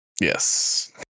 Yes